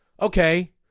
Okay